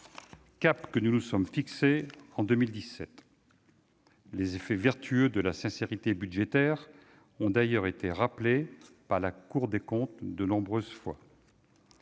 cap que nous nous sommes fixé en 2017. Les effets vertueux de la sincérité budgétaire ont d'ailleurs été rappelés par la Cour des comptes à de nombreuses